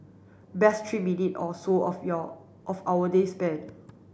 best three minute or so of your of our day spent